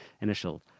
initial